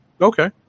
Okay